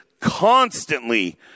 constantly